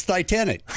Titanic